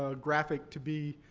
ah graphic to be,